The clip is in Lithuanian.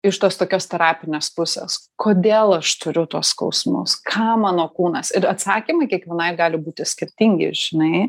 iš tos tokios terapinės pusės kodėl aš turiu tuos skausmus ką mano kūnas ir atsakymai kiekvienai gali būti skirtingi žinai